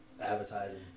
Advertising